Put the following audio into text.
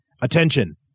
Attention